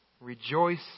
rejoice